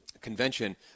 convention